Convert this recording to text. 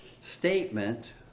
statement